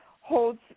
holds